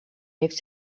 heeft